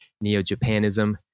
Neo-Japanism